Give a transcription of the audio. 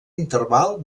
interval